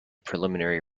preliminary